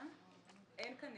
אין כאן